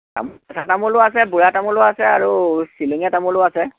তামোল কেঁচা তামোলো আছে বুঢ়া তামোলো আছে আৰু শ্বিলঙীয়া তামোলো আছে